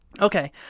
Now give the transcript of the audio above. Okay